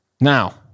Now